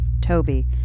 Toby